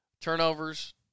Turnovers